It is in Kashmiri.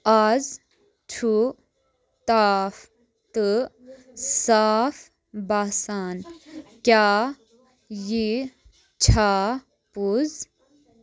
آز چھُ تاپھ تہٕ صاف باسان، کیٛاہ یِہ چھا پوٚز ؟